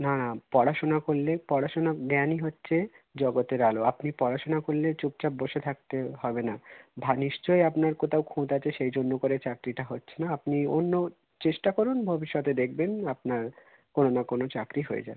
না না পড়াশুনা করলে পড়াশুনা জ্ঞানই হচ্ছে জগতের আলো আপনি পড়াশুনা করলে চুপচাপ বসে থাকতে হবে না নিশ্চই আপনার কোথাও খুঁত আছে সেই জন্য করে চাকরিটা হচ্ছে না আপনি অন্য চেষ্টা করুন ভবিষ্যতে দেখবেন আপনার কোনো না কোনো চাকরি হয়ে যাবে